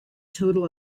total